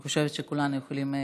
אני חושבת שכולנו יכולים להגיד: